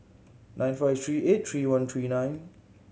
nine five three eight three one three nine